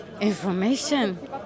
Information